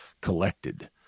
collected